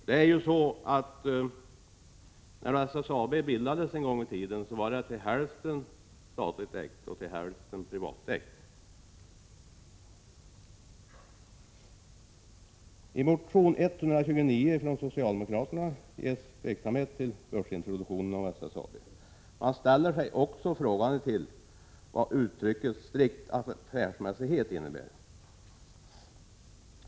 När SSAB en gång i tiden bildades var den ena hälften i statlig ägo och den andra i privat ägo. I motion 129 från socialdemokraterna uttrycker man tveksamhet till en börsintroduktion av SSAB. Man frågar sig också vad uttrycket ”strikt affärsmässighet” innebär.